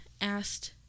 asked